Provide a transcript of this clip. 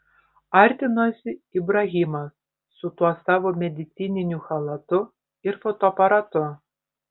artinosi ibrahimas su tuo savo medicininiu chalatu ir fotoaparatu